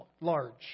Large